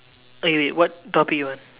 okay wait what topic you want